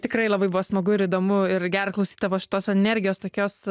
tikrai labai buvo smagu ir įdomu ir gera klausyt tavo šitos energijos tokios